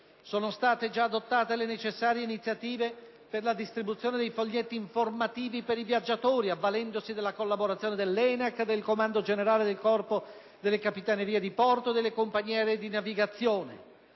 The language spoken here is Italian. Sono state già adottate le necessarie iniziative per la distribuzione dei foglietti informativi per i viaggiatori, avvalendosi della collaborazione dell'ENAC, del Comando generale del Corpo delle capitanerie di porto e delle compagnie aeree e di navigazione.